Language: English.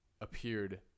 appeared